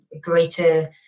greater